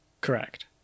Correct